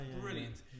brilliant